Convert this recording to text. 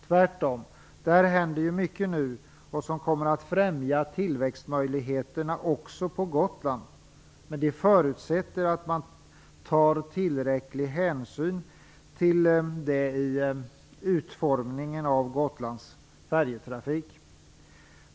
Tvärtom händer det mycket i nämnda område som kommer att främja tillväxtmöjligheterna också på Gotland. Men det förutsätter att tillräcklig hänsyn tas till det vid utformningen av Gotlands färjetrafik.